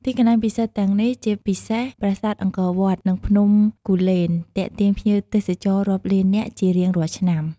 ទីកន្លែងពិសិដ្ឋទាំងនេះ ជាពិសេសប្រាសាទអង្គរវត្ត និងភ្នំគូលែន ទាក់ទាញភ្ញៀវទេសចររាប់លាននាក់ជារៀងរាល់ឆ្នាំ។